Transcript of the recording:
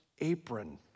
apron